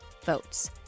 votes